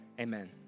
amen